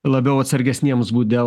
labiau atsargesniems būt dėl